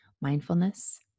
mindfulness